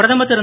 பிரதமர் திரு